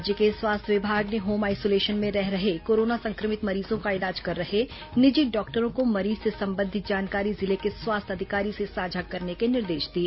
राज्य के स्वास्थ्य विभाग ने होम आइसोलेशन में रह रहे कोरोना संक्रमित मरीजों का इलाज कर रहे निजी डॉक्टरों को मरीज से संबंधित जानकारी जिले के स्वास्थ्य अधिकारी से साझा करने के निर्देश दिए